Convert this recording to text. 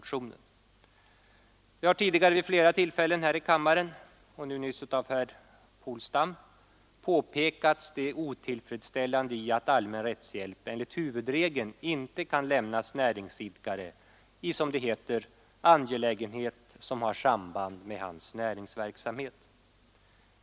Tidigare har vid flera tillfällen i kammaren — nyss av herr Polstam — påpekats det otillfredsställande i att allmän rättshjälp enligt huvudregeln inte kan lämnas näringsidkare i, som det heter, angelägenhet som har samband med hans näringsverksamhet.